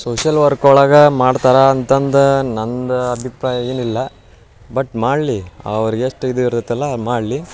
social work ಒಳಗೆ ಮಾಡ್ತಾರೆ ಅಂತಂದು ನಂದು ಅಭಿಪ್ರಾಯ ಏನಿಲ್ಲ ಬಟ್ ಮಾಡಲಿ ಅವ್ರ್ಗೆ ಎಷ್ಟು ಇದು ಇರುತ್ತಲ್ವ ಅದು ಮಾಡಲಿ